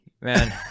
man